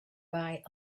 buy